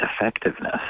effectiveness